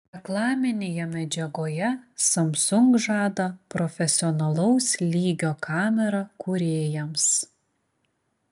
reklaminėje medžiagoje samsung žada profesionalaus lygio kamerą kūrėjams